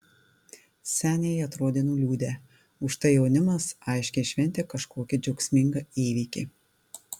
seniai atrodė nuliūdę užtai jaunimas aiškiai šventė kažkokį džiaugsmingą įvykį